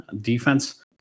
defense